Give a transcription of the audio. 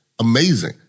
Amazing